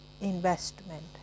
investment